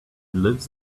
lives